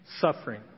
Suffering